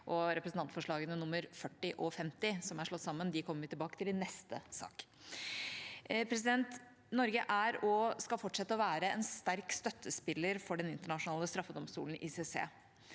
Representantforslagene nr. 8:40 S og 8:50 S for 2023–2024, som er slått sammen, kommer vi tilbake til i neste sak. Norge er og skal fortsette å være en sterk støttespiller for Den internasjonale straffedomstolen, ICC.